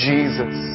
Jesus